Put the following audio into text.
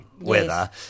weather